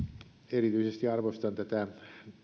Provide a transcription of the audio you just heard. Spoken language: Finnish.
erityisesti arvostan tätä